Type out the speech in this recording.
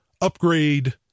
upgrade